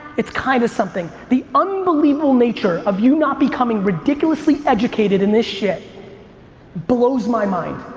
it's kind of something, the unbelievable nature of you not becoming ridiculously educated in this shit blows my mind.